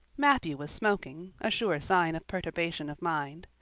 matthew was smoking a sure sign of perturbation of mind.